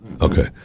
Okay